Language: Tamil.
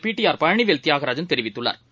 பிடி ஆர்பழனிவேல் தியாகராஜன் தெரிவித்துள்ளாா்